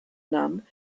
none